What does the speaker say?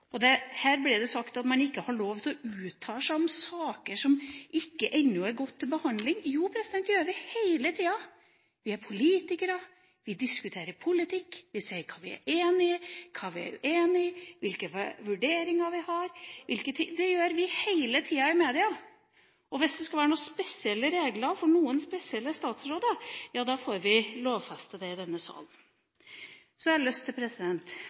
krevde høring. Her blir det sagt at man ikke har lov til å uttale seg om saker som ennå ikke er gått til behandling. Jo, det gjør vi hele tida. Vi er politikere. Vi diskuterer politikk. Vi sier hva vi er enig i, og hva vi er uenig i, hvilke vurderinger vi har. Det gjør vi hele tida i media. Og hvis det skulle være noen spesielle regler for noen spesielle statsråder, ja, da får vi lovfeste det i denne salen. Så har jeg lyst til, ettersom det